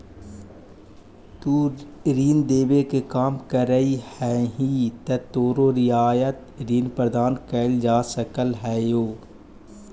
तुम ऋण देवे के काम करऽ हहीं त तोरो रियायत ऋण प्रदान कैल जा सकऽ हओ